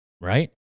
Right